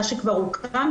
מה שכבר הוקם,